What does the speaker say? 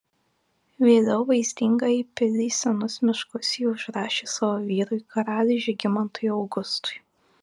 vėliau vaizdingąją pilį senus miškus ji užrašė savo vyrui karaliui žygimantui augustui